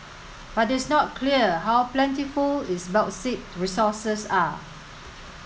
but it's not clear how plentiful its bauxite resources are